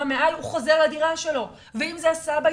מעל הוא חוזר לדירה שלו ואם זה הסבא,